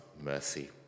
mercy